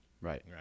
Right